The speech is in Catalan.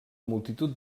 multitud